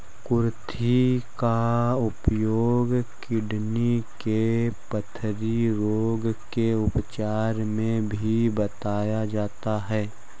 कुर्थी का उपयोग किडनी के पथरी रोग के उपचार में भी बताया जाता है